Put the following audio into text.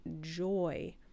joy